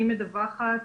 אני מדווחת